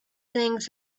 things